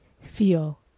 feel